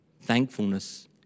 Thankfulness